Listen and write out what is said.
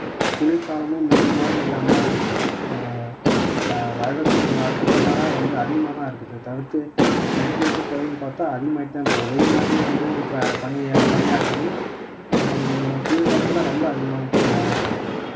குளிர்காலமும் மிந்த மாதிரி இல்லாமல் வ வருடத்துக்கு வழக்கத்துக்கு மாறா வந்து அதிகமாக தான் இருக்குதே தவிர்த்து இருக்கற இருக்கற குறையும்னு பார்த்தா அதிகமாயிட்டு தான் போது வெய்ய நாள்லே வந்து இப்போ பனியாக பனியாக இருக்குது குளிர்காலத்தில் ரொம்ப அதிகமாகவும் பனியாகவும் இருக்குது